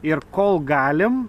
ir kol galim